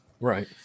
Right